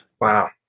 Wow